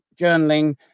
journaling